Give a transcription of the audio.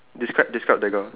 describe describe the girl